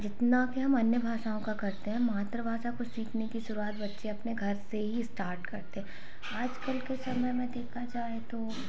जितना कि हम अन्य भाषाओं का करते हैं मातृभाषा को सीखने की शुरुआत बच्चे अपने घर से ही स्टार्ट करते हैं आजकल के समय में देखा जाए तो